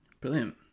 Brilliant